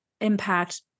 impact